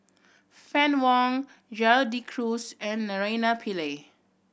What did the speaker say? Fann Wong Gerald De Cruz and Naraina Pillai